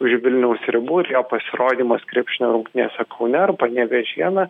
už vilniaus ribų ir jo pasirodymas krepšinio rungtynėse kaune ar panevėžyje na